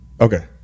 Okay